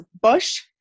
bush